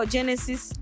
Genesis